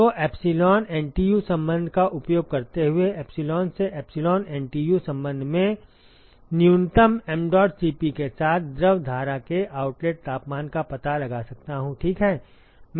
तो epsilon NTU संबंध का उपयोग करते हुए एप्सिलॉन से एप्सिलॉन एनटीयू संबंध मैं न्यूनतम mdot Cp के साथ द्रव धारा के आउटलेट तापमान का पता लगा सकता हूं ठीक है